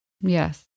yes